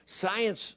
Science